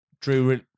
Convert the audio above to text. Drew